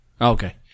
Okay